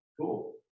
cool